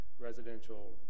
residential